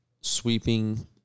sweeping